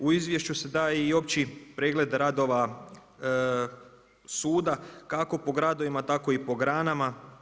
U izvješću se daje i opći pregled radova suda kako po gradovima tako i po granama.